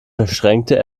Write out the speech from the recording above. verschränkte